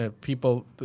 people